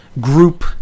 group